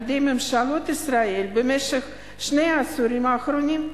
ממשלות ישראל במשך שני העשורים האחרונים.